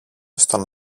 στον